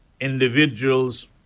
individuals